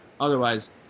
Otherwise